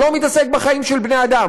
הוא לא מתעסק בחיים של בני-אדם.